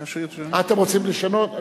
אה, אתם רוצים לשנות?